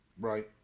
Right